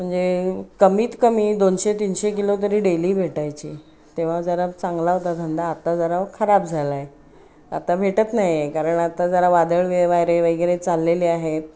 म्हणजे कमीत कमी दोनशे तीनशे किलो तरी डेली भेटायची तेव्हा जरा चांगला होता धंदा आत्ता जरा खराब झाला आहे आता भेटत नाही आहे कारण आता जरा वादळ वारा वगैरे चाललेले आहेत